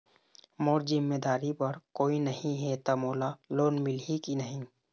मोर जिम्मेदारी बर कोई नहीं हे त मोला लोन मिलही की नहीं?